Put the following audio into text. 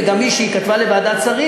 וגם מי שכתבה לוועדת שרים,